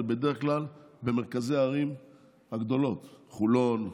זה בדרך כלל במרכזי הערים הגדולות: חולון,